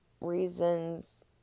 reasons